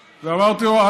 אני זוכר את זה כמו עכשיו,